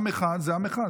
עם אחד זה עם אחד.